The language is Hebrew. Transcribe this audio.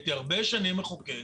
יש את העבירות הרגילות בחוק העונשין.